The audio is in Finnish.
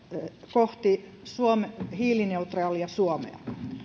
kohti hiilineutraalia suomea